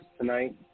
tonight